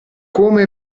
come